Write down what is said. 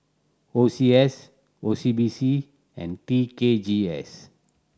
O C S O C B C and T K G S